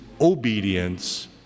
obedience